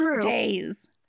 days